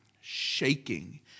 shaking